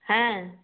হ্যাঁ